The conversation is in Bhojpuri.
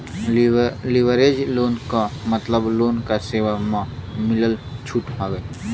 लिवरेज लोन क मतलब लोन क सेवा म मिलल छूट हउवे